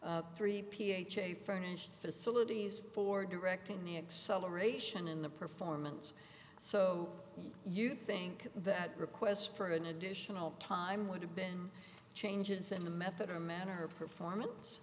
three p h a furnished facilities for directing the acceleration in the performance so you think that requests for an additional time would have been changes in the method in a manner of performance